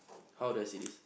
how do I say this